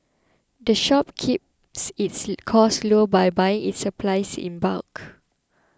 the shop keeps its costs low by buying its supplies in bulk